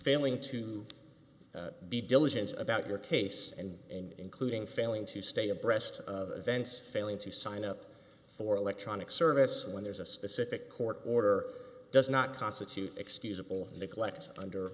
failing to be diligent about your case and in including failing to stay abreast of events failing to sign up for electronic service when there's a specific court order does not constitute excusable neglect under